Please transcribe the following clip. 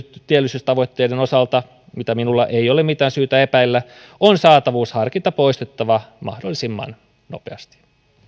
työllisyystavoitteiden osalta mitä minulla ei ole mitään syytä epäillä on saatavuusharkinta poistettava mahdollisimman nopeasti